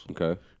okay